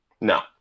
No